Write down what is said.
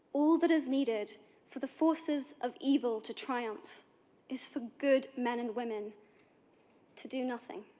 all that is needed for the forces of evil to triumph is for good men and women to do nothing.